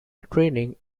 training